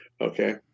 okay